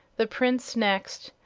the prince next,